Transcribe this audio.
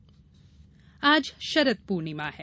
शरद पूर्णिमा आज शरद पूर्णिमा है